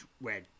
red